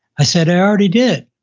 i said, i already did.